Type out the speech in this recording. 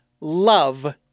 love